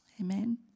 Amen